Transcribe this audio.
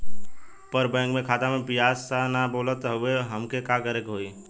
पर बैंक मे खाता मे पयीसा ना बा बोलत हउँव तब हमके का करे के होहीं?